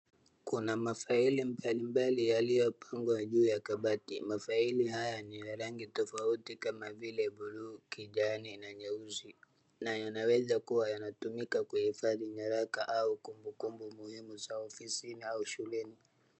Kuna mafaili mbalimbali yaliyopangwa juuya kabati. Mafaili haya ni ya rangi tofauti kama vile buluu, kijani na nyeusi na yanaweza kuwa yanatumika kuhifadhi nyaraka au kumbukumbu muhimu za ofisini au shuleni.